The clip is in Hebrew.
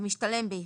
המשתלם באיחור,